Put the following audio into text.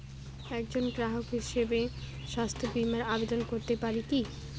একজন গ্রাহক হিসাবে স্বাস্থ্য বিমার আবেদন করতে পারি কি?